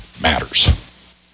matters